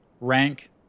rank